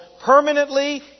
permanently